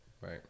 right